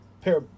pair